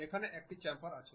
এখানে একটি চাম্পার আছে